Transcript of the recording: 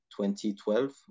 2012